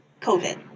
COVID